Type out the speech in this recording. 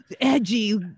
edgy